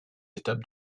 étapes